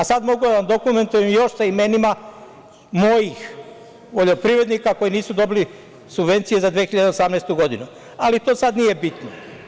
Sad mogu da vam dokumentujem još sa imenima mojih poljoprivrednika koji nisu dobili subvencije za 2018. godinu, ali to sad nije bitno.